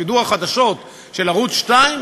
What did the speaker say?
שידור החדשות של ערוץ 2,